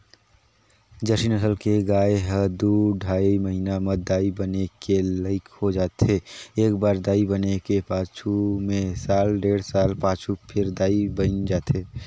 Jersey नसल के गाय ह दू ढ़ाई महिना म दाई बने के लइक हो जाथे, एकबार दाई बने के पाछू में साल डेढ़ साल पाछू फेर दाई बइन जाथे